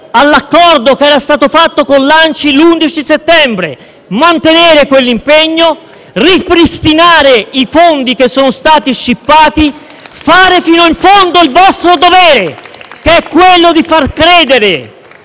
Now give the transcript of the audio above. all'accordo che era stato fatto con l'ANCI l'11 settembre, mantenere quell'impegno, ripristinare i fondi che sono stati scippati, fare fino in fondo il vostro dovere, che è quello di far credere